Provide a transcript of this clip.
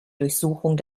durchsuchung